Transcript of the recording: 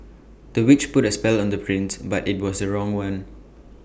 the witch put A spell on the prince but IT was the wrong one